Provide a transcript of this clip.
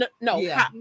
No